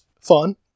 fun